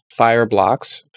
Fireblocks